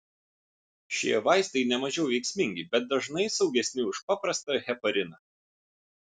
šie vaistai nemažiau veiksmingi bet dažnai saugesni už paprastą hepariną